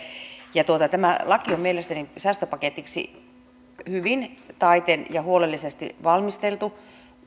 ja tämä laki on mielestäni säästöpaketiksi hyvin taiten ja huolellisesti valmisteltu